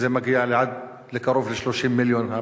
כשהתקציב של הרשות מגיע קרוב ל-30 מיליון.